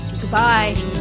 Goodbye